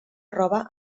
roba